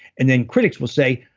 and then critics will say,